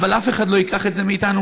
אבל אף אחד לא ייקח את זה מאתנו,